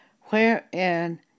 wherein